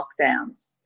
lockdowns